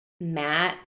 Matt